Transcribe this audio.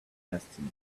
destiny